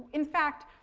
in fact,